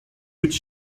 być